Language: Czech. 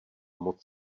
moc